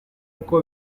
uko